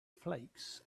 flakes